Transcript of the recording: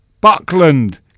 Buckland